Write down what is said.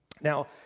Now